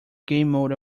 gamemode